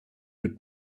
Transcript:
your